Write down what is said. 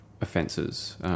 offences